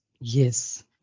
Yes